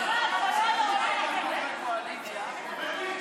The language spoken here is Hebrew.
רגולציה מיותרת.